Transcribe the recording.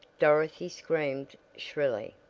dorothy screamed shrilly.